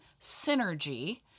synergy